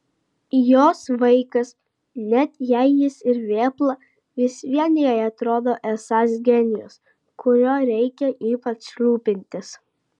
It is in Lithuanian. jos vaikas net jei jis ir vėpla vis viena jai atrodo esąs genijus kuriuo reikia ypač rūpintis